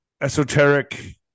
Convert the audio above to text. esoteric